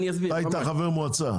אתה היית חבר מועצה.